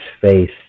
face